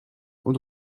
und